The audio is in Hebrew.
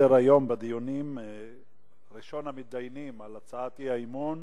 לראשון המתדיינים על הצעת אי-האמון,